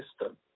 system